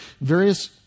various